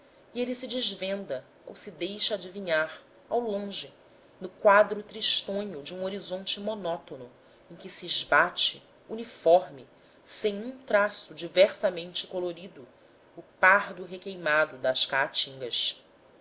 e ele se desvenda ou se deixa adivinhar ao longe no quadro tristonho de um horizonte monótono em que se esbate uniforme sem um traço diversamente colorido o pardo requeimado das caatingas